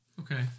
Okay